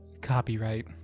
copyright